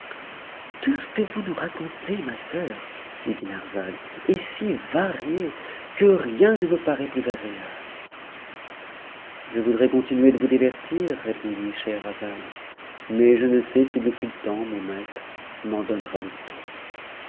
tout ce que vous nous racontez ma soeur dit dinarzade est si varié que rien ne me paraît plus agréable je voudrais continuer de vous divertir répondit scheherazade mais je ne sais si le sultan mon maître m'en donnera le temps